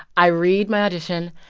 i read my audition.